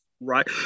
Right